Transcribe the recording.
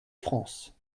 france